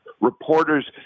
reporters